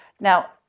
now,